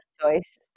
choice